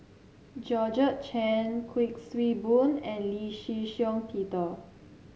Georgette Chen Kuik Swee Boon and Lee Shih Shiong Peter